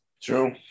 True